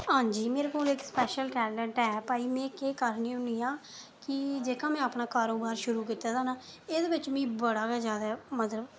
हां जी मेरे कोल इक स्पैशल टैप आई मीं केह् करनी होन्नी आं कि जेह्का में अपना कारोबार शुरू कीते दा ना एह्दे बिच मिगी बड़ा गै जैदा मतलब